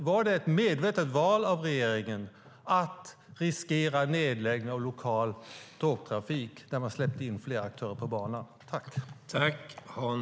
Var det ett medvetet val av regeringen att riskera nedläggning av lokal tågtrafik genom att släppa in fler aktörer på banan?